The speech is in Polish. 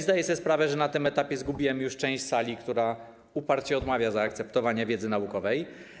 Zdaję sobie sprawę z tego, że na tym etapie zgubiłem już część sali, która uparcie odmawia zaakceptowania wiedzy naukowej.